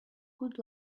good